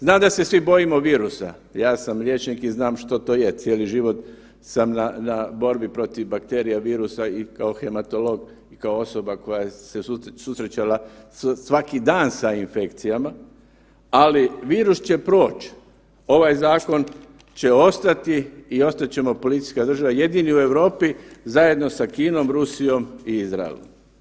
Znam da se svi bojimo virusa, ja sam liječnik i znam što to je, cijeli život sam na, na borbi protiv bakterija virusa i kao hematolog, kao osoba koja se susrećala svaki dan sa infekcijama, ali virus će proć, ovaj zakon će ostati i ostat ćemo policijska država jedini u Europi zajedno sa Kinom, Rusijom i Izraelom.